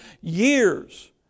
years